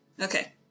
Okay